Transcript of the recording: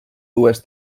dues